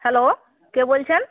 hello কে বলছেন